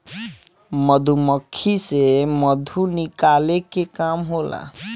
मधुमक्खी से मधु निकाले के काम होला